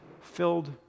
filled